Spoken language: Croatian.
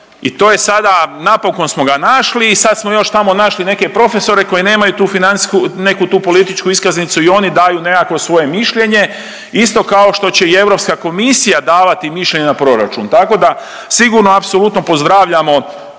I to je sada napokon smo ga našli i sad smo još tamo našli neke profesore koji nemaju tu financijsku, neku tu političku iskaznicu i oni daju nekakvo svoje mišljenje isto kao što će i Europska komisija davati mišljenje na proračun. Tako da sigurno apsolutno pozdravljamo